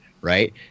Right